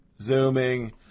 Zooming